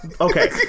okay